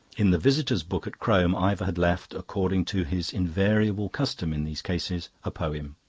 in the visitor's book at crome ivor had left, according to his invariable custom in these cases, a poem.